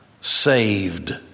saved